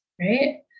right